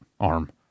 arm